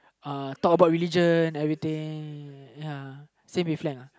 uh talk about religion everything ya same wavelength uh